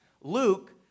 Luke